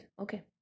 Okay